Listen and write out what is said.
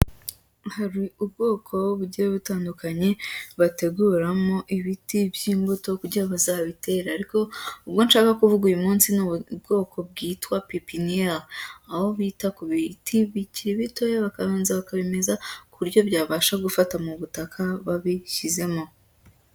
Hari ubwoko bugiye butandukanye bateguramo ibiti by'imbuto kugira bazabitera ariko ubwo nshaka kuvuga uyu munsi ni ubwoko bwitwa pipiniere, aho bita ku biti bikiri bitoya bakabanza bakabimeza ku buryo byabasha gufata mu butaka babishyizemo.